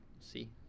see